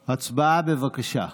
הצבעה, בבקשה.